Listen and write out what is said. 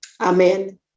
Amen